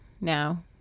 now